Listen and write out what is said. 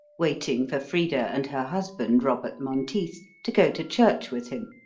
waiting for frida and her husband, robert monteith, to go to church with him.